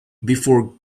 before